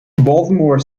baltimore